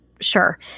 sure